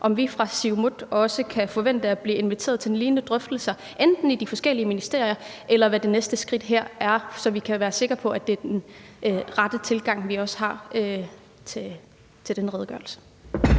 at vi fra Siumut også kan forvente at blive inviteret til lignende drøftelser i de forskellige ministerier, eller hvad det næste skridt er her, så vi kan være sikre på, at det er den rette tilgang til den redegørelse,